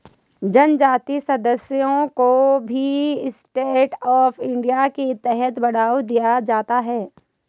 जनजाति समुदायों को भी स्टैण्ड अप इंडिया के तहत बढ़ावा दिया जाता है